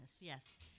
yes